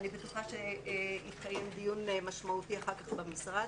אני בטוחה שיתקיים דיון משמעותי אחר כך במשרד.